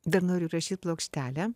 dar noriu įrašyt plokštelę